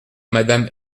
madame